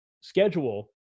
schedule